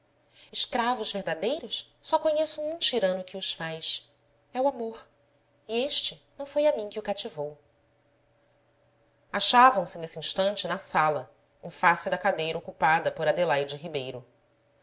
escravos verdadeiros só conheço um tirano que os faz é o amor e este não foi a mim que o ca tivou achavam-se nesse instante na sala em face da cadeira ocupada por adelaide ribeiro